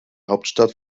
hauptstadt